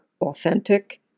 authentic